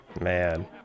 Man